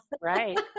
Right